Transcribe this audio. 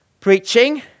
preaching